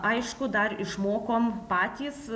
aišku dar išmokom patys